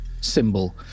symbol